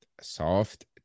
soft